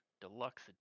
Deluxe